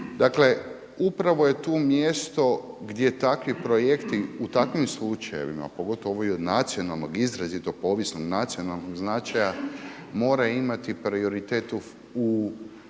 Dakle, upravo je tu mjesto gdje takvi projekti u takvim slučajevima, pogotovo ovo i od nacionalnog izrazito povijesnog nacionalnog značaja mora imati prioritet u